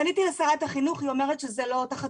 פניתי לשרת החינוך והיא אומרת שזה לא תחת